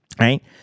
right